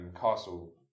castle